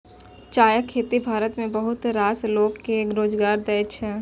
चायक खेती भारत मे बहुत रास लोक कें रोजगार दै छै